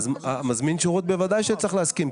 אז מזמין שירות בוודאי שצריך להסכים.